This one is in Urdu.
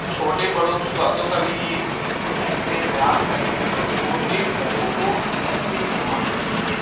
چھوٹے بڑوں کی باتوں کا بھی اس ٹائم میں بیان کریں تو چھوٹے بڑوں کو ادب سے سلام کرتے تھے